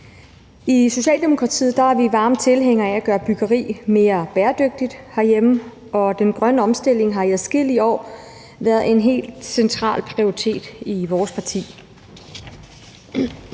I Socialdemokratiet er vi varme tilhængere af at gøre byggeriet herhjemme mere bæredygtigt, og den grønne omstilling har i adskillige år været en helt central prioritet i vores parti.